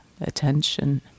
attention